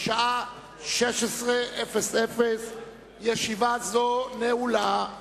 בשעה 16:00. ישיבה זו נעולה.